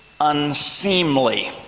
unseemly